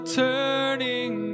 turning